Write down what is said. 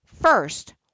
First